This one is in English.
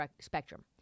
spectrum